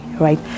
right